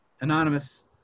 anonymous